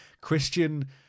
Christian